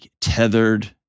tethered